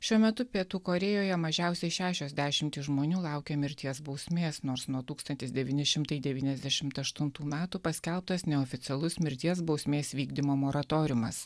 šiuo metu pietų korėjoje mažiausiai šešios dešimtys žmonių laukia mirties bausmės nors nuo tūkstantis devyni šimtai devyniasdešimt aštuntų paskelbtas neoficialus mirties bausmės vykdymo moratoriumas